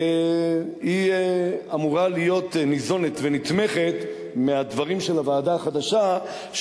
היא אמורה להיות ניזונה ונתמכת מהדברים של הוועדה החדשה,